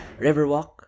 Riverwalk